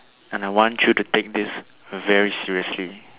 and I want you to take this very seriously